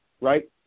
right